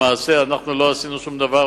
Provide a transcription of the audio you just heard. למעשה לא עשינו שום דבר,